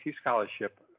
scholarship